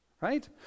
right